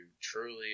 truly